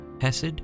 hesed